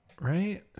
right